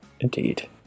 indeed